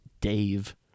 Dave